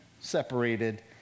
separated